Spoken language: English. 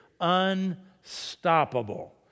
Unstoppable